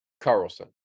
Carlson